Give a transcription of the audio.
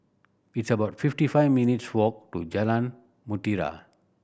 it's about fifty five minutes' walk to Jalan Mutiara